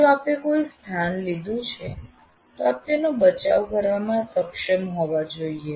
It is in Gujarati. જો આપે કોઈ સ્થાન લીધું છે તો આપ તેનો બચાવ કરવામાં સક્ષમ હોવા જોઈએ